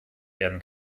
werden